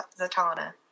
Zatanna